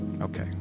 okay